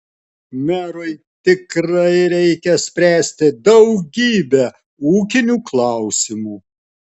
merui tikrai reikia spręsti daugybę ūkinių klausimų